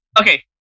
okay